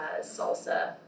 salsa